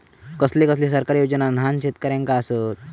कसले कसले सरकारी योजना न्हान शेतकऱ्यांना आसत?